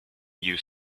new